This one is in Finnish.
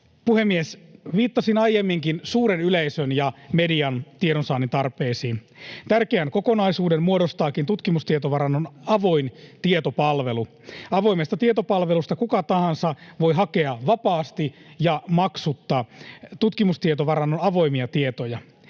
Puhemies! Viittasin aiemminkin suuren yleisön ja median tiedonsaannin tarpeisiin. Tärkeän kokonaisuuden muodostaakin tutkimustietovarannon avoin tietopalvelu. Avoimesta tietopalvelusta kuka tahansa voi hakea vapaasti ja maksutta tutkimustietovarannon avoimia tietoja.